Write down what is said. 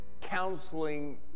counseling